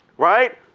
right?